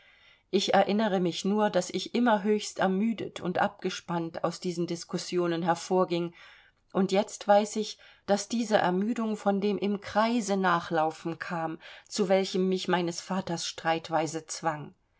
ich erinnere mich nur daß ich immer höchst ermüdet und abgespannt aus diesen diskussionen hervorging und jetzt weiß ich daß diese ermüdung von dem im kreise nachlaufen kam zu welchem mich meines vaters streitweise zwang